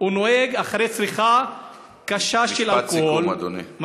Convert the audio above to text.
הוא נוהג אחרי צריכה קשה של אלכוהול.